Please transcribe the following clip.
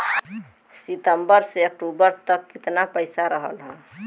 सितंबर से अक्टूबर तक कितना पैसा रहल ह?